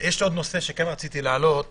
יש לי עוד נושא שרציתי להעלות